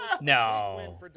No